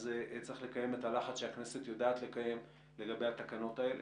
אז צריך לקיים את הלחץ שהכנסת יודעת לקיים לגבי התקנות האלה.